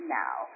now